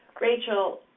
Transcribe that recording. Rachel